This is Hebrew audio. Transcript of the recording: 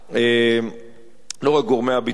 לא רק גורמי הביטחון,